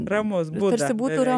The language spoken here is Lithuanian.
ramus buda beveik